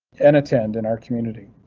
n attend in our community.